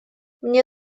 мне